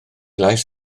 lais